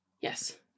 Yes